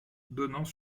donnant